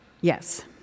Yes